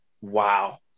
Wow